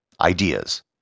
ideas